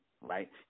right